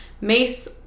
mace